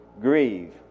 Grieve